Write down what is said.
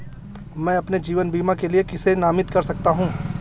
मैं अपने जीवन बीमा के लिए किसे नामित कर सकता हूं?